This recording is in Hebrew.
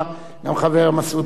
גם החבר מסעוד גנאים,